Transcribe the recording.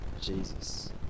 Jesus